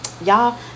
Y'all